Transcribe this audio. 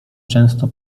często